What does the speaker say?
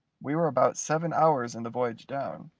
we were about seven hours in the voyage down,